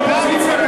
אני שואל אותך,